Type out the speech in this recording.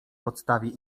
podstawie